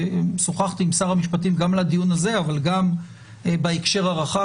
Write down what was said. שוחחתי עם שר המשפטים גם לדיון הזה אבל גם בהקשר הרחב